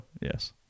yes